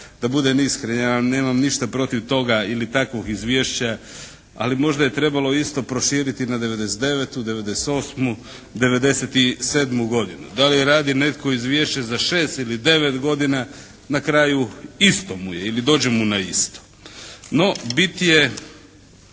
Da budem iskren, ja vam nemam ništa protiv toga ili takvog izvješća ali možda je trebalo isto proširiti na '99., '98., '97. godinu. Da li radi netko izvješće za 6 ili 9 godina na kraju krajeva isto mu je ili dođe mu na isto.